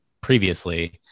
previously